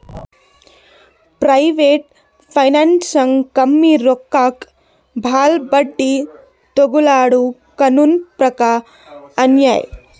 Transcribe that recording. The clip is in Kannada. ಪ್ರೈವೇಟ್ ಫೈನಾನ್ಸ್ದಾಗ್ ಕಮ್ಮಿ ರೊಕ್ಕಕ್ ಭಾಳ್ ಬಡ್ಡಿ ತೊಗೋಳಾದು ಕಾನೂನ್ ಪ್ರಕಾರ್ ಅನ್ಯಾಯ್